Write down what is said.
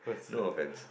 no offence